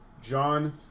John